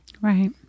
right